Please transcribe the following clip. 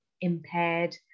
impaired